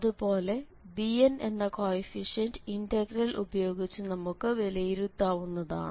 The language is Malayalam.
അതുപോലെ bn എന്ന കോയെഫിഷ്യന്റ് ഇന്റഗ്രൽ ഉപയോഗിച്ച് നമുക്ക് വിലയിരുത്താവുന്നതാണ്